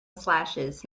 slashes